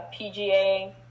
PGA